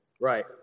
Right